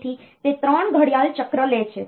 તેથી તે 3 ઘડિયાળ ચક્ર લે છે